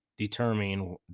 determine